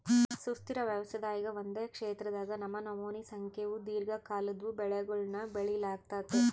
ಸುಸ್ಥಿರ ವ್ಯವಸಾಯದಾಗ ಒಂದೇ ಕ್ಷೇತ್ರದಾಗ ನಮನಮೋನಿ ಸಂಖ್ಯೇವು ದೀರ್ಘಕಾಲದ್ವು ಬೆಳೆಗುಳ್ನ ಬೆಳಿಲಾಗ್ತತೆ